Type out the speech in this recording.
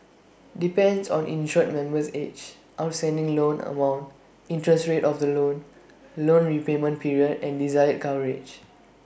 depends on insured member's age outstanding loan amount interest rate of the loan loan repayment period and desired coverage